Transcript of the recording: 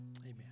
Amen